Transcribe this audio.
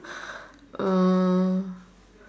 uh